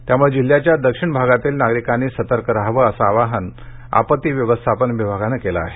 त्यामुळे जिल्ह्याच्या दक्षिण भागातील नागरिकांनी सतर्कता बाळगावी असं आवाहन आपत्ती व्यवस्थापन विभागानं केलं आहे